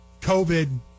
COVID